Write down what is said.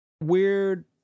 Weird